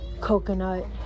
Coconut